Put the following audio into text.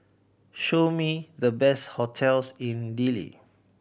show me the best hotels in Dili